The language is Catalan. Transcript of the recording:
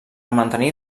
mantenir